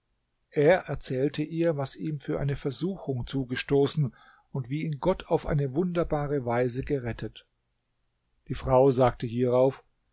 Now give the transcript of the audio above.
er erzählte ihr was ihm für eine versuchung zugestoßen und wie ihn gott auf eine wunderbare weise gerettet die frau sagte hierauf